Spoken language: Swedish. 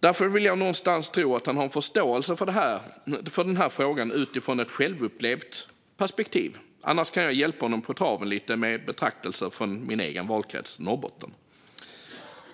Jag vill därför någonstans tro att han har förståelse för denna fråga utifrån ett självupplevt perspektiv. Annars kan jag hjälpa honom på traven lite med betraktelser från min egen valkrets Norrbotten.